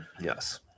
Yes